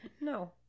No